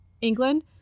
England